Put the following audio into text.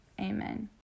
amen